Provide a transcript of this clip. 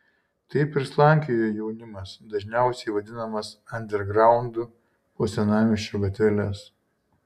taip ir slankiojo jaunimas dažniausiai vadinamas andergraundu po senamiesčio gatveles